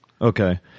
Okay